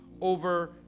over